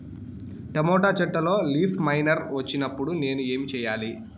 Tomato చెట్టులో leaf miner వచ్చినప్పుడు నేను ఏమి చెయ్యాలి?